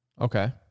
Okay